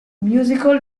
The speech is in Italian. musical